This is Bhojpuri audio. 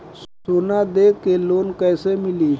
सोना दे के लोन कैसे मिली?